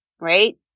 right